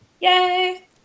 Yay